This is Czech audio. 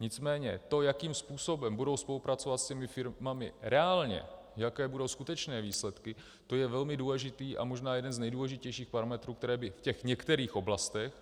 Nicméně to, jakým způsobem budou spolupracovat s firmami reálně, jaké budou skutečné výsledky, to je velmi důležitý, možná jeden z nejdůležitějších parametrů, které by v některých oblastech